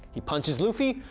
he punches luffy,